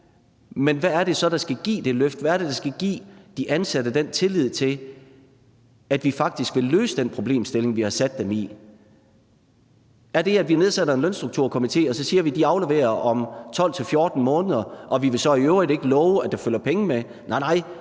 Men hvad er det så, der skal give det løft? Hvad er det, der skal til, for at de ansatte kan have tillid til, at vi faktisk vil løse den problemstilling, de står med? Er det, at vi nedsætter en Lønstrukturkomité og så siger, at den afrapporterer om 12-14 måneder, og at vi så i øvrigt ikke vil love, at der følger penge med, nej, nej.